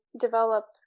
develop